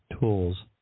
tools